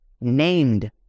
named